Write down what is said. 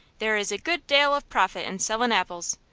there is a good dale of profit in sellin' apples.